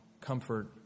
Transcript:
comfort